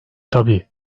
tabii